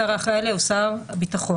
השר האחראי עליה הוא שר הביטחון.